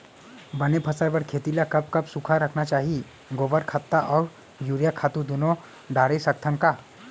बने फसल बर खेती ल कब कब सूखा रखना चाही, गोबर खत्ता और यूरिया खातू दूनो डारे सकथन का?